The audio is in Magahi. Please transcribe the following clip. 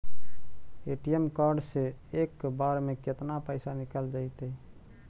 ए.टी.एम कार्ड से एक बार में केतना पैसा निकल जइतै?